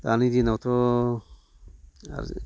दानि दिनावथ'